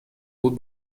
بود